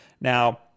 Now